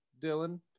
Dylan